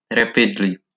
Rapidly